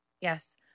Yes